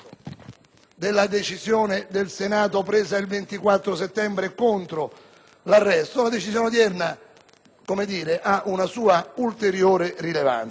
della decisione presa dal Senato il 24 settembre 2008 contro l'arresto, la decisione odierna abbia una sua ulteriore rilevanza.